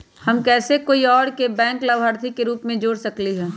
हम कैसे कोई और के बैंक लाभार्थी के रूप में जोर सकली ह?